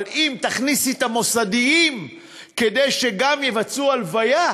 אבל אם תכניסי את המוסדיים כדי שגם יבצעו הלוואה,